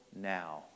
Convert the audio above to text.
now